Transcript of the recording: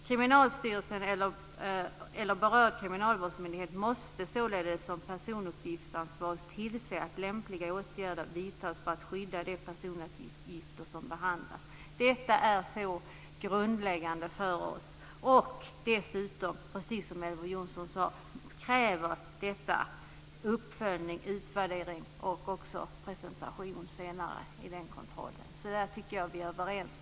Kriminalvårdsstyrelsen eller berörd kriminalvårdsmyndighet måste således som personuppgiftsansvarig tillse att lämpliga åtgärder vidtas för att skydda de personuppgifter som behandlas. Så långt propositionen. Detta är grundläggande för oss. Dessutom kräver detta, precis som Elver Jonsson sade, uppföljning och utvärdering och också presentation senare. Där tycker jag att vi är överens.